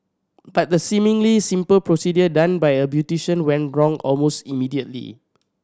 but the seemingly simple procedure done by a beautician went wrong almost immediately